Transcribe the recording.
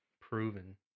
proven